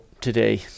today